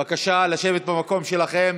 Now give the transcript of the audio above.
בבקשה, לשבת במקום שלכם,